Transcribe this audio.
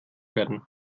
werden